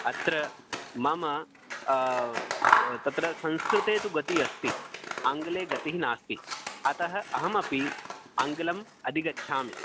अत्र मम तत्र संस्कृते तु गति अस्ति आङ्ग्ले गतिः नास्ति अतः अहमपि आङ्ग्लम् अधिगच्छामि